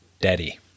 daddy